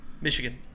Michigan